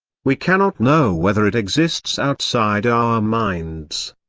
we cannot know whether it exists outside our minds.